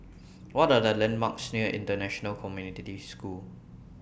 What Are The landmarks near International Community School